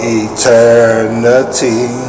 eternity